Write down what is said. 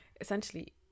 essentially